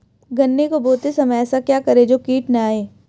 गन्ने को बोते समय ऐसा क्या करें जो कीट न आयें?